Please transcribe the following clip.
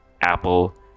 Apple